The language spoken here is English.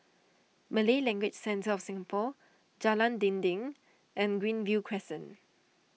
Malay Language Centre of Singapore Jalan Dinding and Greenview Crescent